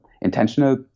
intentional